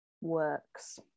works